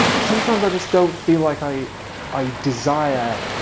sometimes i just don't feel like i i desire